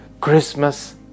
Christmas